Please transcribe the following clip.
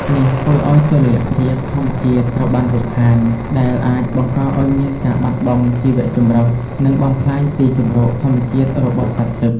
នេះធ្វើឱ្យតុល្យភាពធម្មជាតិត្រូវបានរំខាន ដែលអាចបង្កឱ្យមានការបាត់បង់ជីវៈចម្រុះ និងបំផ្លាញទីជម្រកធម្មជាតិរបស់សត្វទឹក។